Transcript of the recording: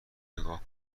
نگاه